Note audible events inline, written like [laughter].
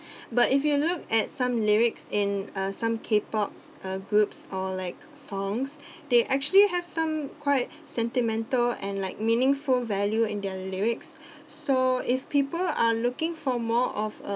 [breath] but if you look at some lyrics in uh some K pop uh groups or like songs they actually have some quite [breath] sentimental and like meaningful value in their lyrics [breath] so if people are looking for more of a